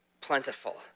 plentiful